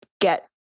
get